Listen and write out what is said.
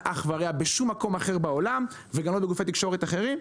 אח ורע בשום מקום אחר בעולם וגם לא בגופי תקשורת אחרים,